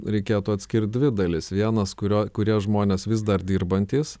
reikėtų atskirt dvi dalis vienas kurio kurie žmonės vis dar dirbantys